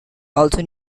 also